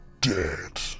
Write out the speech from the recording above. dead